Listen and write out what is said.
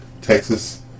Texas